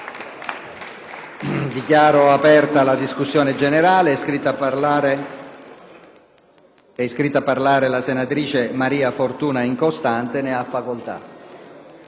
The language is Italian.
Dichiaro aperta la discussione generale. È iscritta a parlare la senatrice Incostante. Ne ha facoltà.